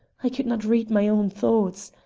i could not read my own thoughts.